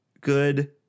good